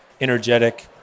energetic